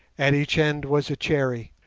at each end was a cherry.